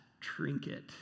trinket